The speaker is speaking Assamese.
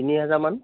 তিনি হাজাৰমান